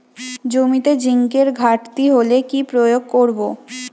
জমিতে জিঙ্কের ঘাটতি হলে কি প্রয়োগ করব?